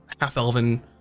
half-elven